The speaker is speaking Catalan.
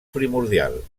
primordial